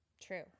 True